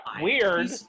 weird